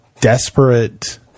desperate